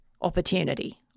opportunity